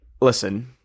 listen